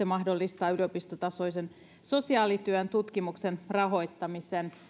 mahdollistaa yliopistotasoisen sosiaalityön tutkimuksen rahoittamisen